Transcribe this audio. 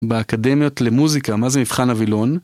באקדמיות למוזיקה, מה זה מבחן הוילון?